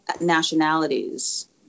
nationalities